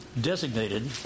designated